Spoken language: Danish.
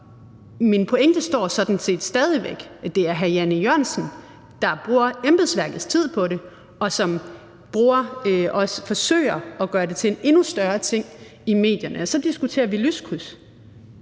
min pointe er sådan set stadig væk, at det er hr. Jan E. Jørgensen, der bruger embedsværkets tid på det, og som også forsøger at gøre det til en endnu større ting i medierne, og så diskuterer vi lyskryds.